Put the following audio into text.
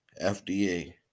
FDA